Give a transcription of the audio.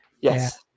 yes